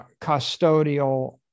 custodial